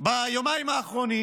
ביומיים האחרונים